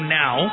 now